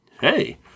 Hey